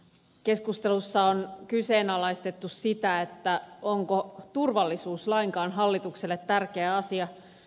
keskustelussa on kyseenalaistettu sitä onko turvallisuus lainkaan hallitukselle tärkeä asia